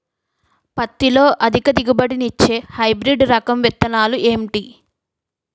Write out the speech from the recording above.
పత్తి లో అధిక దిగుబడి నిచ్చే హైబ్రిడ్ రకం విత్తనాలు ఏంటి